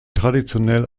traditionell